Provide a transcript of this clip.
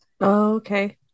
Okay